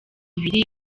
ibiri